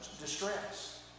distress